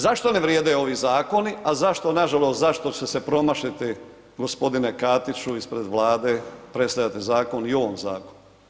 Zašto ne vrijede ovi zakoni, a zašto nažalost zašto će se promašiti g. Katiću ispred Vlade predstavljate zakon i u ovom zakonu.